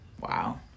Wow